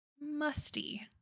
musty